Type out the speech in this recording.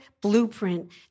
blueprint